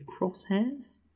crosshairs